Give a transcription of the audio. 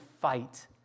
fight